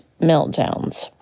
meltdowns